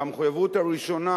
והמחויבות הראשונה